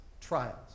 trials